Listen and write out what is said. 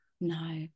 No